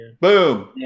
Boom